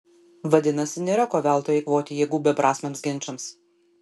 vadinasi nėra ko veltui eikvoti jėgų beprasmiams ginčams